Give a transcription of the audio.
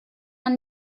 man